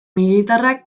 militarrak